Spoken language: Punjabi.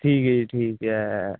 ਠੀਕ ਹੈ ਜੀ ਠੀਕ ਹੈ